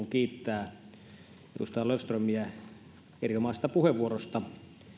kiittää edustaja löfströmiä erinomaisesta puheenvuorosta